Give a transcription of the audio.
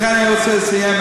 לכן אני רוצה לסיים,